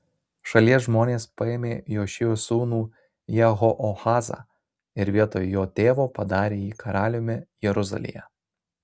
šalies žmonės paėmė jošijo sūnų jehoahazą ir vietoj jo tėvo padarė jį karaliumi jeruzalėje